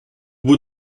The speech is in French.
bout